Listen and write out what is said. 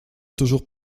toujours